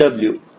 ಇಲ್ಲಿ L12W